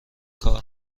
کار